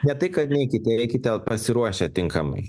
ne tai kad neikite ir eikite pasiruošę tinkamai